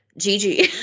Gigi